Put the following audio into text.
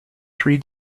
three